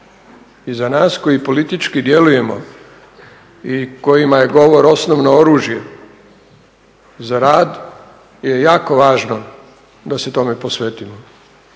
I za nas koji politički djelujemo i kojima je govor osnovno oružje za rad je jako važno da se tome posvetimo,